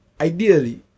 Ideally